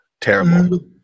terrible